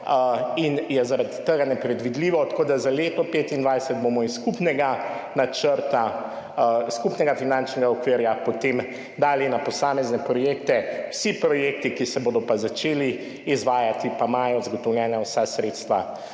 in je zaradi tega nepredvidljivo. Tako da za leto 2025 bomo iz skupnega načrta, skupnega finančnega okvira potem dali na posamezne projekte, vsi projekti, ki se bodo začeli izvajati, pa imajo zagotovljena vsa sredstva